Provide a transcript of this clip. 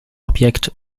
objekt